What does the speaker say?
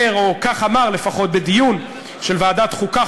אותו ביילין אמר בדיון של ועדת החוקה,